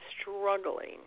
struggling